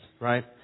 right